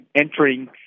entering